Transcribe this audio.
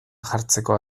jartzeko